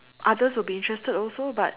others will be interested also but